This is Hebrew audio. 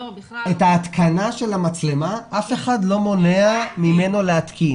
את ההתקנה של המצלמה, אף אחד לא מונע ממנו להתקין.